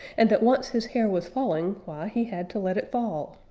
and that once his hair was falling, why, he had to let it fall.